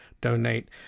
donate